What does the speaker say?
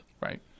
Right